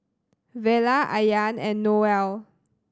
Vella Ayaan and Noel